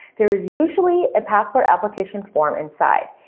there is usually a passport application form inside.